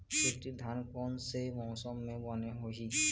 शिल्टी धान कोन से मौसम मे बने होही?